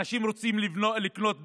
אנשים רוצים לקנות דירה,